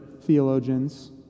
theologians